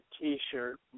t-shirt